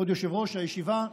כבוד יושב-ראש הישיבה,